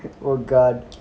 oh god